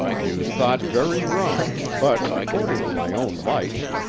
you thought very wrong, but, according to my own lights,